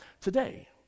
today